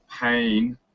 pain